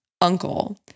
uncle